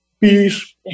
Peace